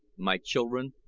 my children,